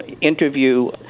interview